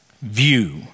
view